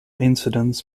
incidents